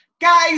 Guys